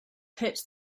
pit